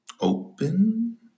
Open